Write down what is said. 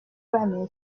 bamenya